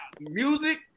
Music